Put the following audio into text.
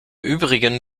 übrigen